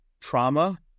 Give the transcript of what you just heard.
trauma